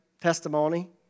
testimony